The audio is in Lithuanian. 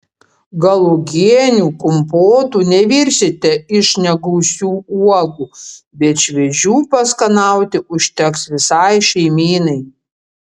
gal uogienių kompotų nevirsite iš negausių uogų bet šviežių paskanauti užteks visai šeimynai